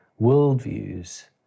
worldviews